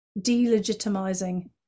delegitimizing